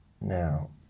Now